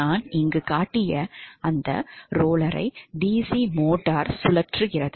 நான் இங்கு காட்டிய அந்த ரோலரை DC மோட்டார் சுழற்றுகிறது